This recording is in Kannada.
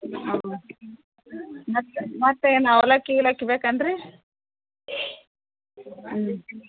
ಮತ್ತೆ ಮತ್ತೇನು ಅವಲಕ್ಕಿ ಗಿವಲಕ್ಕಿ ಬೇಕೇನ್ ರೀ ಹ್ಞೂ